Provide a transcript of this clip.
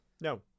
No